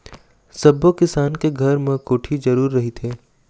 सब्बो किसान के घर म कोठी जरूर रहिथे